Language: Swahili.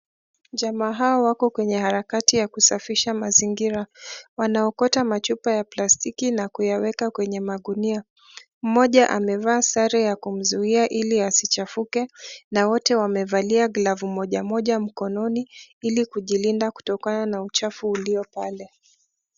Jamaa hawa wako kwenye harakati ya kusafisha mazingira. Wanaokota machupa ya plastiki na kuyaweka kwenye magunia. Mmoja amevaa sare ya kumzuia ili asichafuke na wote wamevalia glovu moja moja mkononi ili kujilinda kutokana na uchafu ulio pale.